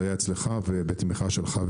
זה היה אצלך ובתמיכה שלך,